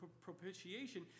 propitiation